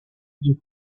you